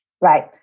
Right